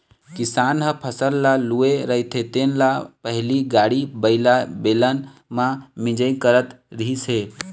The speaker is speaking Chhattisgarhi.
किसान ह फसल ल लूए रहिथे तेन ल पहिली गाड़ी बइला, बेलन म मिंजई करत रिहिस हे